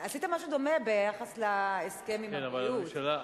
עשית משהו דומה ביחס להסכם עם הבריאות,